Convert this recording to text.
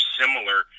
similar